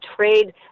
trade